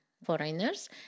foreigners